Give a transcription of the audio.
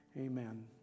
Amen